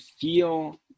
feel